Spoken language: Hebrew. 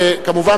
כמובן,